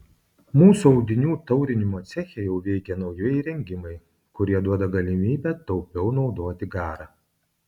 mūsų audinių taurinimo ceche jau veikia nauji įrengimai kurie duoda galimybę taupiau naudoti garą